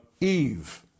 Eve